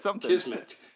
Kismet